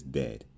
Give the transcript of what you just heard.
dead